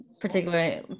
particularly